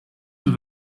with